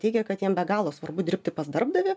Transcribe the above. teigia kad jiem be galo svarbu dirbti pas darbdavį